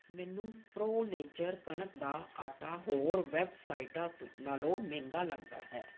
ਮੈਨੂੰ pro nature ਕਣਕ ਦਾ ਆਟਾ ਹੋਰ ਵੈੱਬਸਾਈਟਾਂ ਤੋ ਨਾਲੋਂ ਮਹਿੰਗਾ ਲੱਗਦਾ ਹੈ